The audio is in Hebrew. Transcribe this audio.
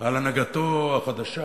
על הנהגתו החדשה.